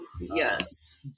yes